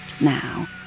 now